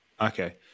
Okay